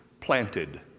planted